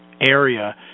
area